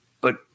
But-